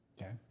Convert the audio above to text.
okay